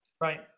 Right